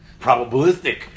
probabilistic